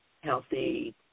healthy